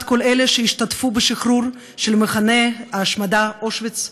כל אלה שהשתתפו בשחרור של מחנה ההשמדה אושוויץ,